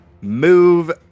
move